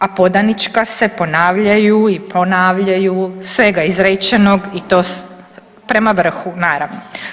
A podanička se ponavljaju i ponavljaju svega izrečenoga i to prema vrhu naravno.